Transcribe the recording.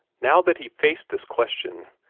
now that he faced this question,